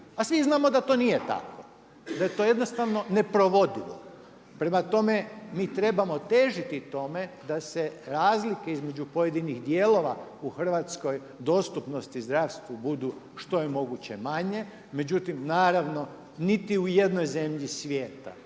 a svi znamo da to nije tako, da je to jednostavno neprovedivo. Prema tome, mi trebamo težiti tome da se razlike između pojedinih dijelova u Hrvatskoj dostupnosti zdravstvu budu što je moguće manje. Međutim naravno niti u jednoj zemlji svijeta